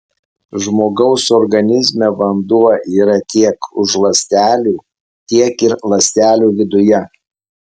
žmogaus organizme vanduo yra tiek už ląstelių tiek ir ląstelių viduje